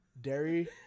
Dairy